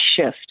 shift